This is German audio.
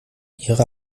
ihre